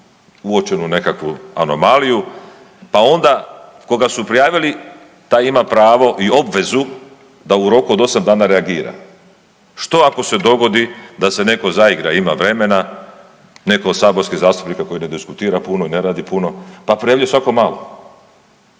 uočenu nekakvu anomaliju, pa onda koga su prijavili taj ima pravo i obvezu da u roku od osam dana reagira. Što ako se dogodi da se netko zaigra, ima vremena, netko od saborskih zastupnika koji ne diskutira puno i ne radi puno, pa pređe svako malo?